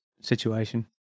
situation